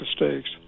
mistakes